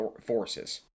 forces